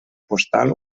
postal